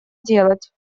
делать